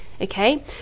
okay